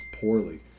poorly